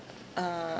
uh